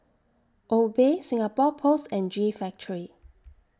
Obey Singapore Post and G Factory